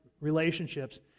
relationships